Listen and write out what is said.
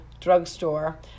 drugstore